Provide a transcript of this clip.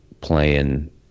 playing